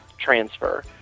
transfer